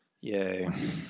Yay